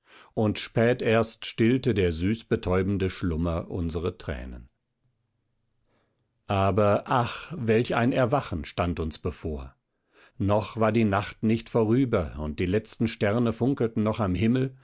und spät erst stillte der süßbetäubende schlummer unsere thränen aber ach welch ein erwachen stand uns bevor noch war die nacht nicht vorüber und die letzten sterne funkelten noch am himmel